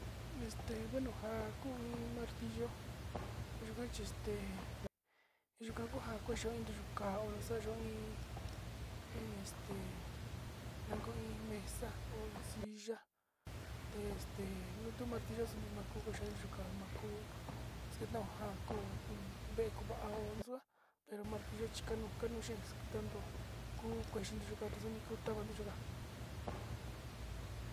Este bueno njan kon iin martillo yuu ka'a chexte yuu kangua kuya nruyu ka'a onraxa yuu iin, iin este nda kuu iin mesa ho iin silla este ho uu martillo nani makokoxia, nduka ma'a njó eske va'a ka ko'o vée ka hoxua, pero martillo chi kanu kanuxie kitanduu kuu kuechi nrikuu kavaxuu nunjá.